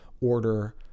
order